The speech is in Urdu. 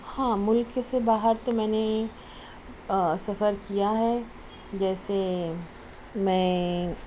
ہاں ملک سے باہر تو میں نے سفر کیا ہے جیسے میں